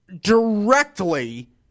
directly